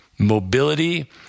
Mobility